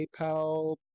PayPal